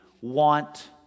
want